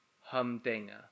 humdinger